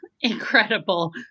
Incredible